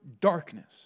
darkness